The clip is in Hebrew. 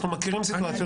אנחנו מכירים סיטואציות.